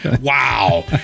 wow